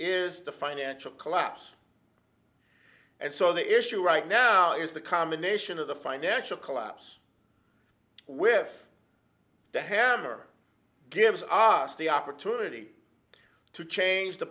is the financial collapse and so the issue right now is the combination of the financial collapse with the hammer gives os the opportunity to change the